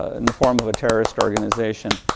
ah in the form of a terrorist organization?